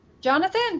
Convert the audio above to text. Jonathan